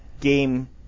game